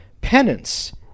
penance